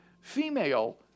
female